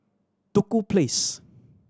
Duku Place